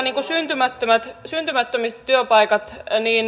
syntymättömät työpaikat